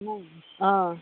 अ